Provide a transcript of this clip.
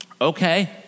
okay